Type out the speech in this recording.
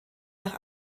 nach